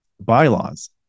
bylaws